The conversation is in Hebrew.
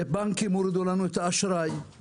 בנקים הורידו לנו את האשראי,